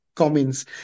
Comments